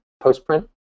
post-print